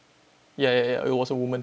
ya ya ya it was a woman